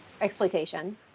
exploitation